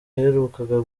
yaherukaga